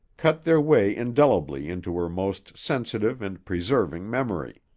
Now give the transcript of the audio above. cut their way indelibly into her most sensitive and preserving memory.